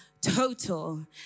total